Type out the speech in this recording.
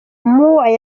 mueller